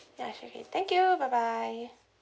ya sure can thank you bye bye